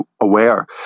aware